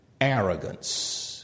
arrogance